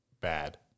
bad